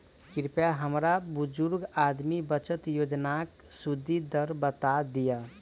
कृपया हमरा बुजुर्ग आदमी बचत योजनाक सुदि दर बता दियऽ